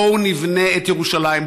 בואו נבנה את ירושלים,